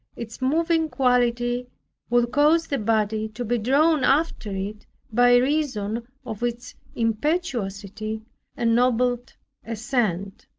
its moving quality would cause the body to be drawn after it by reason of its impetuosity and noble assent.